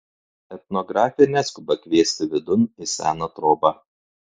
etnografė neskuba kviesti vidun į seną trobą